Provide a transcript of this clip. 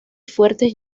fuertes